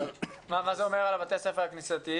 מה זה אומר לגבי בתי ספר הכנסייתיים?